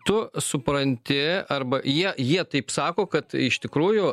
tu supranti arba jie jie taip sako kad iš tikrųjų